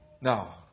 Now